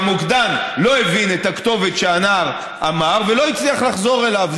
העובדות הן שהמוקדן לא הבין את הכתובת שהנער אמר ולא הצליח לחזור אליו.